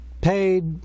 paid